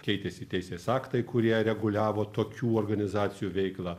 keitėsi teisės aktai kurie reguliavo tokių organizacijų veiklą